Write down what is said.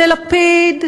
ללפיד,